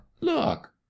look